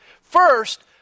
First